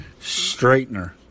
Straightener